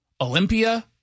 Olympia